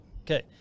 Okay